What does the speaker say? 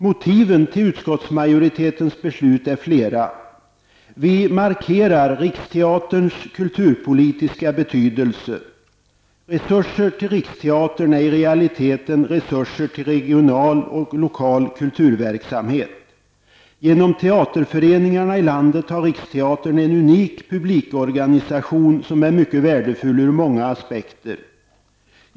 Motiven till utskottsmajoritetens beslut är flera: Vi markerar Riksteaterns kulturpolitiska betydelse. Resurser till Riksteatern innebär i realiteten resurser till regional och lokal kulturverksamhet. I och med teaterföreningarna ute i landet har Riksteatern en unik publikorganisation som är mycket värdefull ur många aspekter.